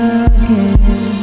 again